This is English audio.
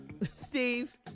steve